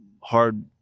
hard